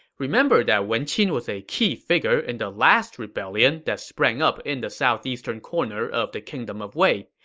remember that wen qin was a key figure in the last rebellion that sprang up in the southeastern corner of the kingdom of wei.